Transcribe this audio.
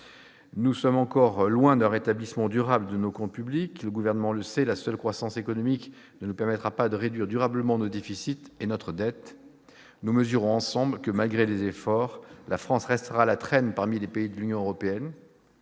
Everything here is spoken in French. Nous sommes encore loin d'un rétablissement durable de nos comptes publics. Le Gouvernement le sait, la seule croissance économique ne nous permettra pas de réduire durablement nos déficits et notre dette. Nous le mesurons ensemble, malgré les efforts, la France restera à la traîne des pays de l'Union européenne.